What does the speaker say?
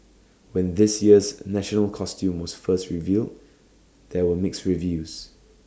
when this year's national costume was first revealed there were mixed reviews